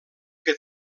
que